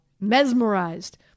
mesmerized